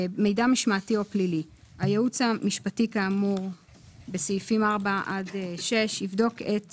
מידע משמעתי או פלילי 7. הייעוץ המשפטי כאמור בסעיפים 4-6 יבדוק את